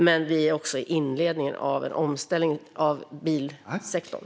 Vi befinner oss dock i inledningen av en omställning av bilsektorn.